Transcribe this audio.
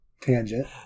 tangent